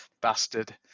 Bastard